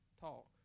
talk